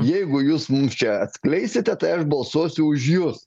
jeigu jūs mums čia atskleisite tai aš balsuosiu už jus